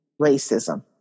racism